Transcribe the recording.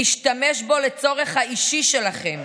להשתמש בו לצורך האישי שלכם,